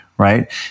right